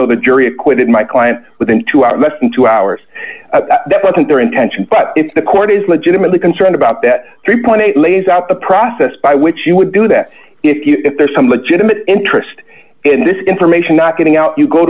though the jury acquitted my client within two hours less than two hours that wasn't their intention but if the court is legitimately concerned about that three dollars lays out the process by which you would do that if there's some legitimate interest in this information not getting out you go